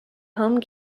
home